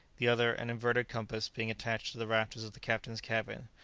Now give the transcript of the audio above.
the other, an inverted compass, being attached to the rafters of the captain's cabin,